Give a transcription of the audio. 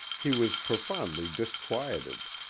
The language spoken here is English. he was profoundly disquieted,